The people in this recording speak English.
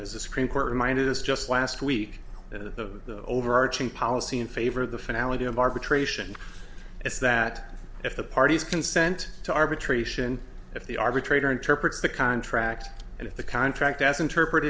as a supreme court reminded us just last week that the overarching policy in favor of the finale of arbitration is that if the parties consent to arbitration if the arbitrator interprets the contract and if the contract as interpret